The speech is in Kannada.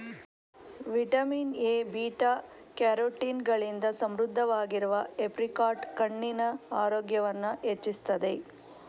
ವಿಟಮಿನ್ ಎ, ಬೀಟಾ ಕ್ಯಾರೋಟಿನ್ ಗಳಿಂದ ಸಮೃದ್ಧವಾಗಿರುವ ಏಪ್ರಿಕಾಟ್ ಕಣ್ಣಿನ ಆರೋಗ್ಯವನ್ನ ಹೆಚ್ಚಿಸ್ತದೆ